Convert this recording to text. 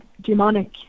demonic